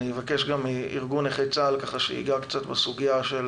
אבקש גם מארגון נכי צה"ל לגעת קצת בסוגיה של